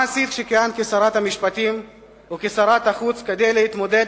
מה עשית כשכיהנת כשרת המשפטים או כשרת החוץ כדי להתמודד